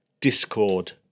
Discord